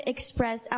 express